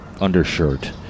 undershirt